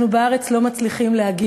אנחנו בארץ לא מצליחים להגיע,